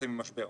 ונמצאים במשבר.